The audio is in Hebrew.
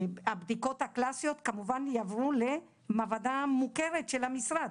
הבדיקות הקלאסיות כמובן יעברו למעבדה מוכרת של המשרד,